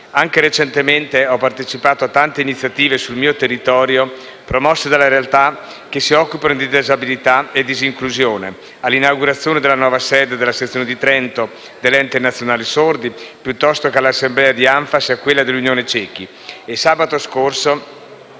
Anche recentemente ho partecipato a tante iniziative sul mio territorio promosse da realtà che si occupano di disabilità e di inclusione: all'inaugurazione della nuova sede della sezione di Trento dell'Ente nazionale sordi piuttosto che all'assemblea di Anffas e a quella dell'Unione